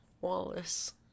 Wallace